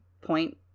point